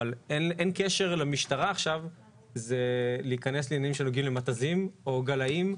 אבל אין קשר למשטרה עכשיו להיכנס לעניינים שנוגעים למתזים או גלאים.